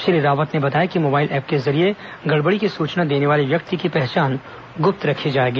श्री रावत ने बताया कि मोबाइल ऐप के जरिये गड़बड़ी की सूचना देने वाले व्यक्ति की पहचान गुप्त रखी जाएगी